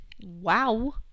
Wow